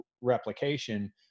replication